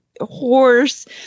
horse